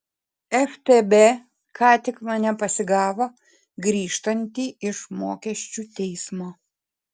ftb ką tik mane pasigavo grįžtantį iš mokesčių teismo